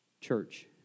church